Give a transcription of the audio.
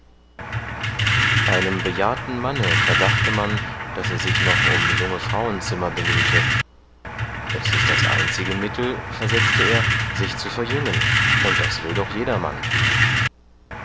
einem bejahrten manne verdachte man daß er sich noch um junge frauenzimmer bemühte es ist das einzige mittel versetzte er sich zu verjüngen und das will doch jedermann